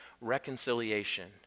reconciliation